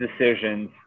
decisions